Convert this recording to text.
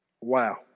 Wow